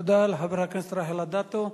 תודה לחברת הכנסת רחל אדטו.